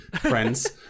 friends